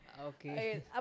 Okay